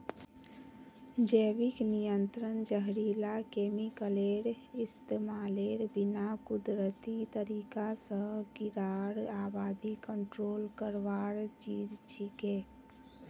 जैविक नियंत्रण जहरीला केमिकलेर इस्तमालेर बिना कुदरती तरीका स कीड़ार आबादी कंट्रोल करवार चीज छिके